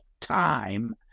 time